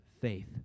faith